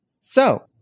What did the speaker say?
So-